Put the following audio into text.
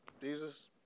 Jesus